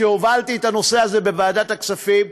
שהובלתי את הנושא הזה בוועדת הכספים,